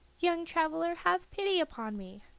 young traveler, have pity upon me.